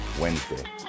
Wednesday